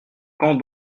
quand